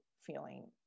feeling